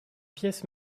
pièce